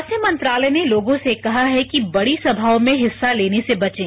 स्वास्थ्य मंत्रालय ने लोगों से कहा है कि बड़ी सभाओं में हिस्सा लेने से बचें